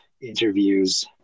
interviews